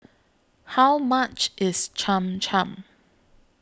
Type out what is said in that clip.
How much IS Cham Cham